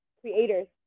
creators